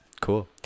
Cool